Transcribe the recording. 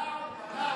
בלעוּ, בלעוּ,